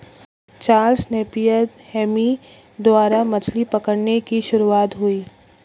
Charles Napier Hemy द्वारा मछली पकड़ने की शुरुआत हुई